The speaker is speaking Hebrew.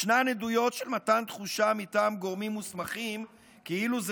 ישנן עדויות של מתן תחושה מטעם גורמים מוסמכים כאילו זה